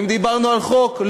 אם דיברנו על חוק,